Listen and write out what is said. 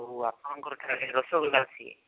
ଆଉ ଆପଣଙ୍କର ତାହାଲେ ରସଗୋଲା ଅଛି